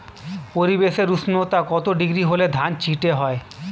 পরিবেশের উষ্ণতা কত ডিগ্রি হলে ধান চিটে হয়?